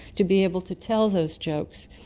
to be able to tell those jokes.